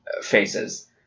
faces